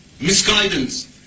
misguidance